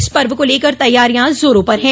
इस पर्व को लेकर तैयारियां जोरो पर है